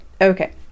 Okay